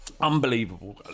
Unbelievable